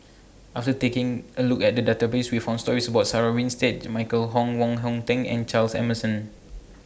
after taking A Look At The Database We found stories about Sarah Winstedt Michael Wong Hong Teng and Charles Emmerson